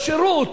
לשירות,